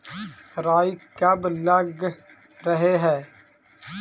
राई कब लग रहे है?